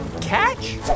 Catch